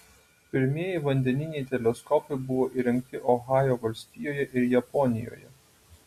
pirmieji vandeniniai teleskopai buvo įrengti ohajo valstijoje ir japonijoje